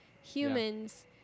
humans